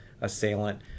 assailant